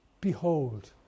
Behold